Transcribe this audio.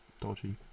Dodgy